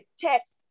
Text